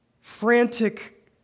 frantic